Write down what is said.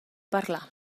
parlar